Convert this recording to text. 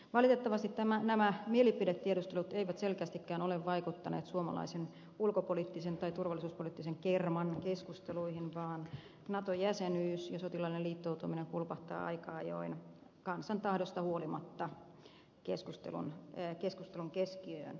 valitettavasti nämä mielipidetiedustelut eivät selkeästikään ole vaikuttaneet suomalaisen ulkopoliittisen tai turvallisuuspoliittisen kerman keskusteluihin vaan nato jäsenyys ja sotilaallinen liittoutuminen pulpahtavat aika ajoin kansan tahdosta huolimatta keskustelun keskiöön